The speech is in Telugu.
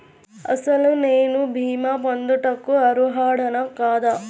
అసలు నేను భీమా పొందుటకు అర్హుడన కాదా?